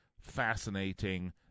fascinating